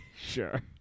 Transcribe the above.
Sure